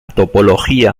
topología